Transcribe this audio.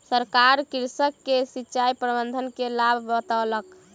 सरकार कृषक के सिचाई प्रबंधन के लाभ बतौलक